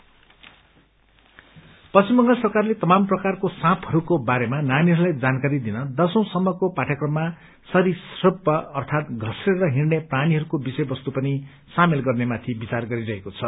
snake education पश्चिम बंगाल सरकारले तमाम प्रकारको साँपहरूको बारेमा नानीहरूलाई जानकारी दिन दशौं सम्मको पाठ्यक्रममा सरीसूप घम्नेर हिड़ने प्राणीहरूको विषयबस्तु पनि सामेल गर्नेमाथि बिचार गरीरहेको छ